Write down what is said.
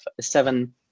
seven